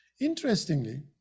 Interestingly